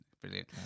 brilliant